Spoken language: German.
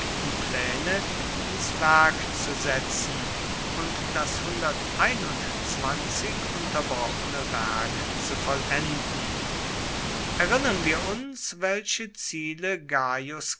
pläne ins werk zu setzen und das unterbrochene werk zu vollenden erinnern wir uns welche ziele